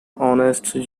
honest